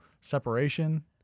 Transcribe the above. separation